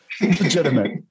Legitimate